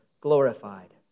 glorified